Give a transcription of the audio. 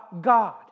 God